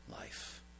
life